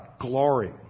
glory